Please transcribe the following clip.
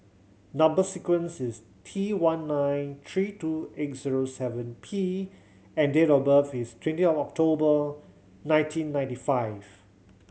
number sequence is T one nine three two eight zero seven P and date of birth is twenty of October nineteen ninety five